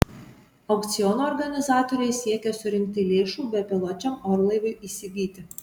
aukciono organizatoriai siekia surinkti lėšų bepiločiam orlaiviui įsigyti